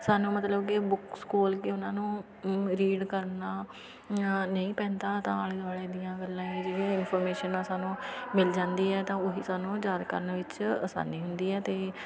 ਸਾਨੂੰ ਮਤਲਬ ਕਿ ਬੁੱਕਸ ਖੋਲ੍ਹ ਕੇ ਉਹਨਾਂ ਨੂੰ ਰੀਡ ਕਰਨਾ ਨਹੀਂ ਪੈਂਦਾ ਤਾਂ ਆਲੇ ਦੁਆਲੇ ਦੀਆਂ ਗੱਲਾਂ ਇਹੋ ਜਿਹੀ ਵੀ ਇਨਫੋਰਮੇਸ਼ਨ ਆ ਸਾਨੂੰ ਮਿਲ ਜਾਂਦੀ ਹੈ ਤਾਂ ਉਹੀ ਸਾਨੂੰ ਯਾਦ ਕਰਨ ਵਿੱਚ ਆਸਾਨੀ ਹੁੰਦੀ ਹੈ ਅਤੇ